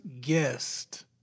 guest